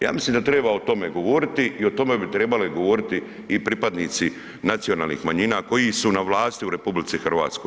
Ja mislim da treba o tome govoriti i o tome bi trebali govoriti i pripadnici nacionalnih manjina koji su na vlasti u RH.